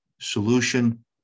solution